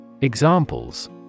Examples